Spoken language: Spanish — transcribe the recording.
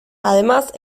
además